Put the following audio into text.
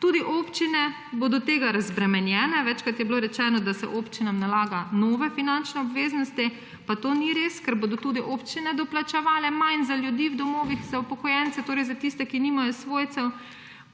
Tudi občine bodo tega razbremenjene. Večkrat je bilo rečeno, da se občinam nalagajo nove finančne obveznosti, pa to ni res, ker bodo tudi občine doplačevale manj za ljudi v domovih za upokojence, torej za tiste, ki nimajo svojcev.